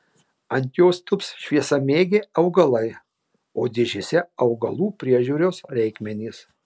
ant jos tilps šviesamėgiai augalai o dėžėse augalų priežiūros reikmenys